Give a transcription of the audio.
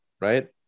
right